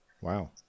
Wow